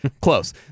Close